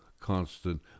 constant